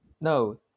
No